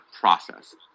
process